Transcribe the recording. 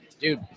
dude